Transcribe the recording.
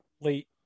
late